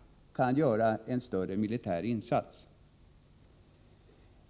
— kan göra en större militär insats.